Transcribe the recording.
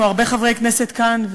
כמו הרבה חברי כנסת כאן,